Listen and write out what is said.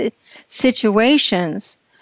situations